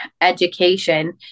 education